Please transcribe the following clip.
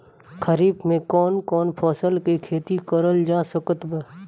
खरीफ मे कौन कौन फसल के खेती करल जा सकत बा?